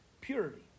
purity